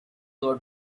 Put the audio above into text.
got